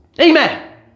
Amen